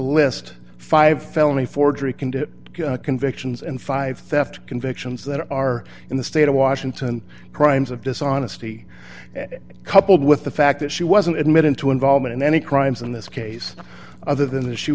list five felony forgery can get convictions and five theft convictions that are in the state of washington crimes of dishonesty coupled with the fact that she wasn't admitting to involvement in any crimes in this case other than that sh